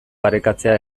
parekatzea